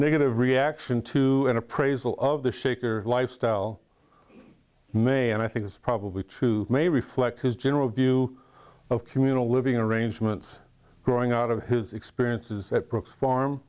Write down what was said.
negative reaction to an appraisal of the shaker lifestyle may and i think it's probably true may reflect his general view of communal living arrangements growing out of his experiences at brooks farm